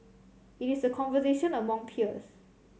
it is a conversation among peers